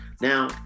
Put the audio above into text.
Now